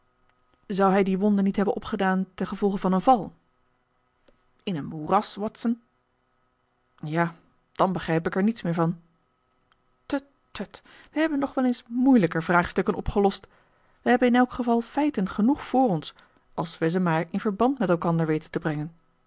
zou hij die wonde niet hebben opgedaan ten gevolge van een val in een moeras watson ja dan begrijp ik er niets meer van tut tut wij hebben nog wel eens moeilijker vraagstukken opgelost wij hebben in elk geval feiten genoeg voor ons als wij ze maar in verband met elkander weten te brengen